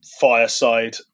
fireside